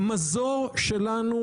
המזור שלנו,